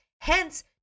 Hence